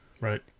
right